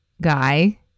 guy